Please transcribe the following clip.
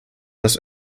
das